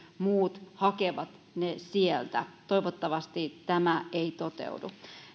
muut hakevat ne sieltä toivottavasti tämä ei toteudu